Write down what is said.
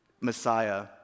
Messiah